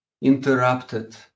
interrupted